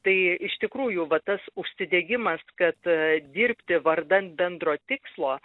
tai iš tikrųjų va tas užsidegimas kad dirbti vardan bendro tikslo